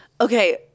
Okay